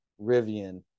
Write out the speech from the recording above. Rivian